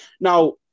Now